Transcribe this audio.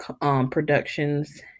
Productions